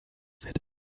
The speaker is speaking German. wird